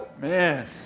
Man